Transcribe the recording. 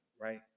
right